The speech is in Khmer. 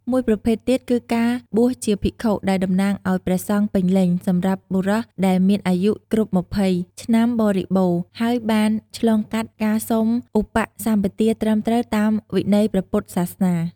មួយប្រភេទទៀតគឺការបួសជាភិក្ខុ ដែលតំណាងអោយ ព្រះសង្ឃពេញលេញ សម្រាប់បុរសដែលមានអាយុគ្រប់ ២០ ឆ្នាំបរិបូរណ៍ ហើយបានឆ្លងកាត់ការសុំឧបសម្បទាត្រឹមត្រូវតាមវិន័យព្រះពុទ្ធសាសនា។